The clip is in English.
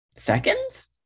seconds